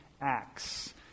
Acts